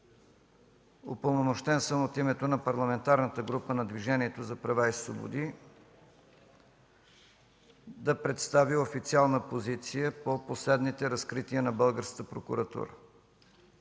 Упълномощен съм от името на Парламентарната група на Движението за права и свободи да представя официална позиция по последните разкрития на българската прокуратура.